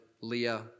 Leah